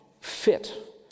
fit